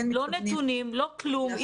לא נתונים ולא כלום.